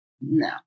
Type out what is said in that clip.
no